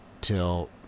Till